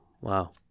Wow